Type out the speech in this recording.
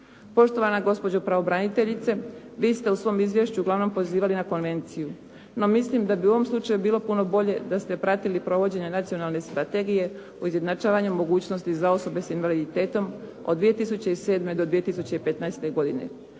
Poštovana gospođo pravobraniteljice, vi ste u svom izvješću uglavnom pozivali na Konvenciju, no mislim da bi u ovom slučaju bilo puno bolje da ste pratili provođenje Nacionalne strategije o izjednačavaju mogućnosti za osobe sa invaliditetom od 2007. do 2015. godine,